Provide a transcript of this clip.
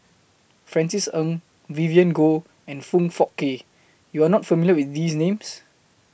Francis Ng Vivien Goh and Foong Fook Kay YOU Are not familiar with These Names